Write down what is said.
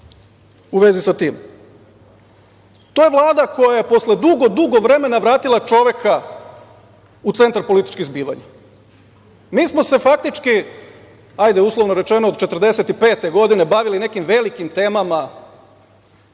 u vezi sa tim. To je Vlada koja je posle dugo, dugo vremena vratila čoveka u centar političkih zbivanja. Mi smo se faktički, hajde uslovno rečeno, od 1945. godine bavili nekim velikim temama